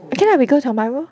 okay lah we go Tiong Bahru